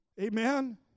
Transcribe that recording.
Amen